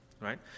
right